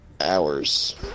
hours